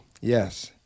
Yes